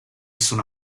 sono